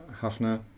Hafner